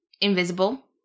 invisible